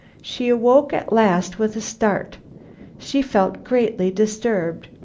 she awoke at last with a start she felt greatly disturbed.